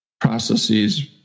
processes